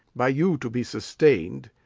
by you to be sustain'd,